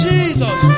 Jesus